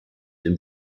dem